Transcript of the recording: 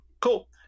cool